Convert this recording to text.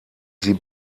sie